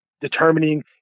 determining